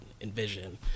envision